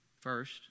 first